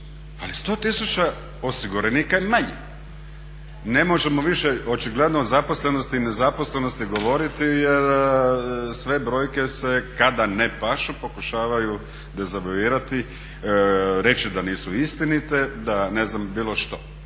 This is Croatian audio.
ali 100 tisuća osiguranika je manje. Ne možemo više očigledno o zaposlenosti i nezaposlenosti govoriti jer sve brojke se kada ne pašu pokušavaju dezavuirati, reći da nisu istinite, da ne znam bilo što.